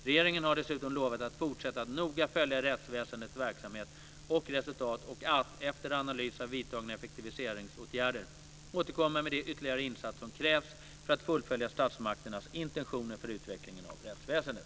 Regeringen har dessutom lovat att fortsätta att noga följa rättsväsendets verksamhet och resultat och att, efter analys av vidtagna effektiviseringsåtgärder, återkomma med de ytterligare insatser som krävs för att fullfölja statsmakternas intentioner för utvecklingen av rättsväsendet.